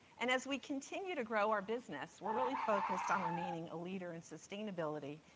and as we continue to grow our business, we're really focused on remaining a leader in sustainability,